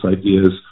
ideas